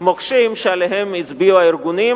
המוקשים שעליהם הצביעו הארגונים